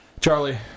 Charlie